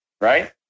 right